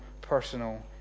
personal